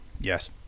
yes